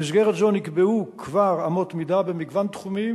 במסגרת זו נקבעו כבר אמות מידה במגוון תחומים,